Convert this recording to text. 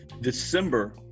December